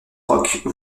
rock